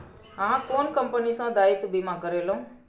अहाँ कोन कंपनी सँ दायित्व बीमा करेलहुँ